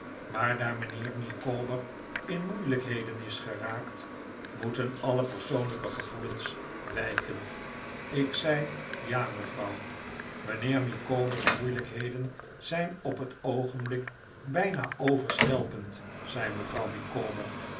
maar daar mijnheer micawber in moeilijkheden is geraakt moeten alle persoonlijke gevoelens wijken ik zei ja mevrouw mijnheer micawber's moeilijkheden zijn op het oogenblik bijna overstelpend zei mevrouw micawber